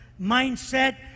mindset